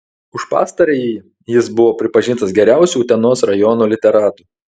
už pastarąjį jis buvo pripažintas geriausiu utenos rajono literatu